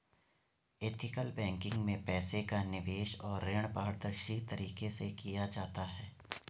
ethical banking में पैसे का निवेश और ऋण पारदर्शी तरीके से किया जाता है